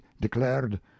declared